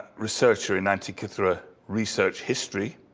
researcher in antikythera research history.